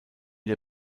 der